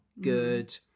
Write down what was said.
good